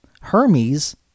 Hermes